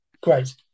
great